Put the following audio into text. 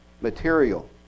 material